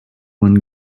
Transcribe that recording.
one